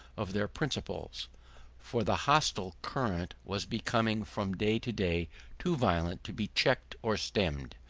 of their principles for the hostile current was becoming from day to day too violent to be checked or stemmed.